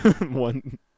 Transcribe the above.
One